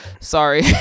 Sorry